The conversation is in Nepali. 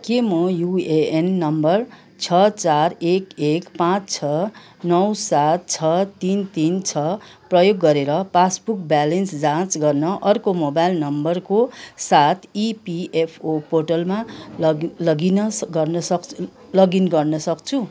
के म यु ए एन नम्बर छ चार एक एक पाँच छ नौ सात छ तिन तिन छ प्रयोग गरेर पासबुक ब्यालेन्स जाँच गर्न अर्को मोबाइल नम्बरको साथ ई पी एफ ओ पोर्टलमा लग् लगिन गर्न सक् लगइन गर्न सक्छु